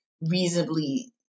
reasonably